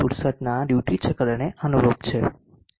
67 ના ડ્યુટી ચક્રને અનુરૂપ છે